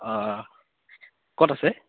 অঁ ক'ত আছে